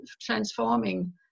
transforming